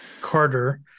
Carter